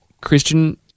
Christian